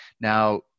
Now